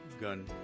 gun